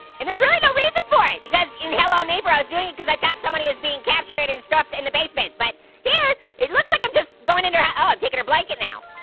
and there's really no reason for it. because in hello neighbor, i was doing it cause i thought somebody was being captured, and stuffed in the basement. but here, it looks like i'm just going into her oh, i'm taking her blanket now.